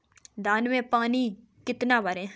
धान में पानी कितना भरें?